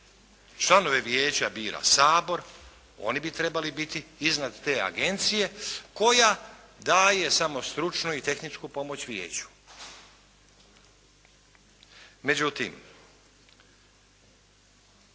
Članove vijeća bira Sabor, oni bi trebali biti iznad te agencije koja daje samo stručnu i tehničku pomoć vijeću. Međutim,